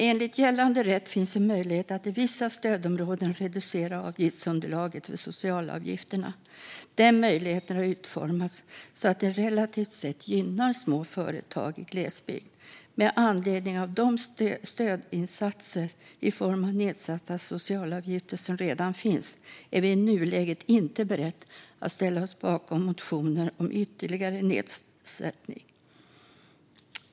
Enligt gällande rätt finns en möjlighet att i vissa stödområden reducera avgiftsunderlaget för socialavgifterna. Den möjligheten har utformats så att den relativt sett gynnar små företag i glesbygd. Med anledning av de stödinsatser i form av nedsatta socialavgifter som redan finns är vi i nuläget inte beredda att ställa oss bakom motioner om ytterligare nedsättning.